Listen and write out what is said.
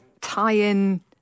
tie-in